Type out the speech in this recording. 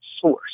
source